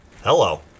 Hello